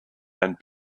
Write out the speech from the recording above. and